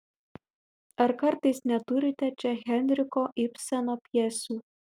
ar kartais neturite čia henriko ibseno pjesių